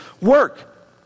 work